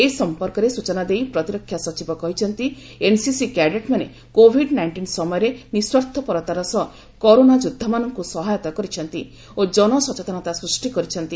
ଏ ସମ୍ପର୍କରେ ସୂଚନା ଦେଇ ପ୍ରତିରକ୍ଷା ସଚିବ କହିଛନ୍ତି ଏନ୍ସିସି କ୍ୟାଡେଟ୍ ମାନେ କୋବିଡ୍ ନାଇଷ୍ଟିନ୍ ସମୟରେ ନିସ୍ୱାର୍ଥପରତାର ସହ କରୋନା ଯୋଦ୍ଧାମାନଙ୍କୁ ସହାୟତା କରିଛନ୍ତି ଓ ଜନସଚେତନତା ସୃଷ୍ଟି କରିଛନ୍ତି